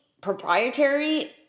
proprietary